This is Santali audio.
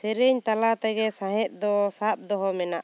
ᱥᱮᱹᱨᱮᱹᱧ ᱛᱟᱞᱟ ᱛᱮᱜᱮ ᱥᱟᱶᱦᱮᱫ ᱫᱚ ᱥᱟᱵ ᱫᱚᱦᱚ ᱢᱮᱱᱟᱜ ᱟᱠᱟᱫᱟ